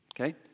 Okay